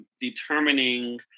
determining